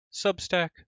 Substack